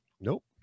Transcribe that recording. Nope